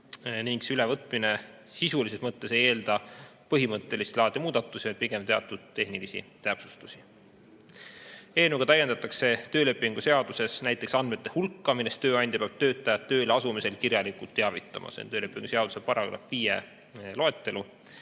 See ülevõtmine sisulises mõttes ei eelda põhimõttelist laadi muudatusi, vaid pigem teatud tehnilisi täpsustusi. Eelnõuga täiendatakse töölepingu seaduses näiteks nende andmete hulka, millest tööandja peab töötajat tööle asumisel kirjalikult teavitama. See on töölepingu seaduse § 5 loetelu.